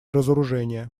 разоружение